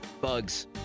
Bugs